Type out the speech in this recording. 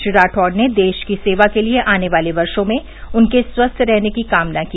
श्री रातौर ने देश की सेवा के लिए आने वाले वर्षो में उनके स्वस्थ रहने की कामना की